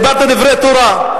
דיברת דברי תורה.